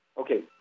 Okay